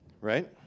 right